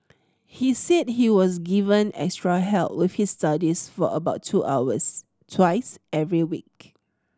he said he was given extra help with his studies for about two hours twice every week